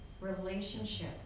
relationship